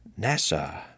NASA